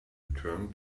return